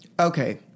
Okay